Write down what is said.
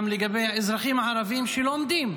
גם לגבי האזרחים הערבים שלומדים,